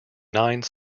nine